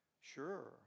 Sure